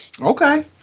Okay